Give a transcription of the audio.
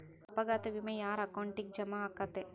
ಅಪಘಾತ ವಿಮೆ ಯಾರ್ ಅಕೌಂಟಿಗ್ ಜಮಾ ಆಕ್ಕತೇ?